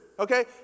Okay